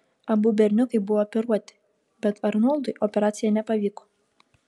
abu berniukai buvo operuoti bet arnoldui operacija nepavyko